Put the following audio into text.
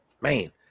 man